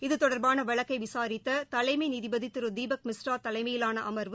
இது தொடர்பான வழக்கை விசாரித்த தலைமை நீதிபதி திரு தீபக் மிஸ்ரா தலைமையிலான அர்வு